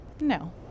No